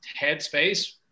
headspace